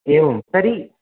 एवं तर्हि